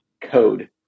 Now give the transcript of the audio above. code